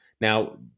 Now